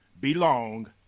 belong